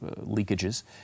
leakages